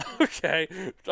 Okay